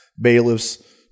bailiffs